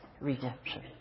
redemption